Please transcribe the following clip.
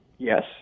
Yes